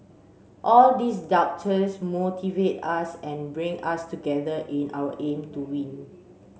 all these doubters motivate us and bring us together in our aim to win